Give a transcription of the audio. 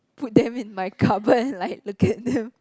put them in my cover and like look at them